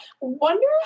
wonder